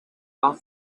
all